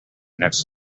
next